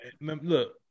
look